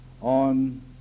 On